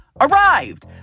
arrived